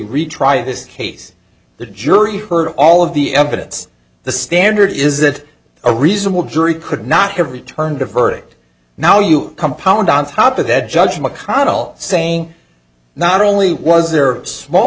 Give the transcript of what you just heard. retry this case the jury heard all of the evidence the standard is that a reasonable jury could not have returned a verdict now you compound on top of that judge mcconnell saying not only was there small